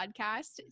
podcast